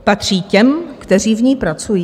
Patří těm, kteří v ní pracují.